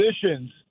positions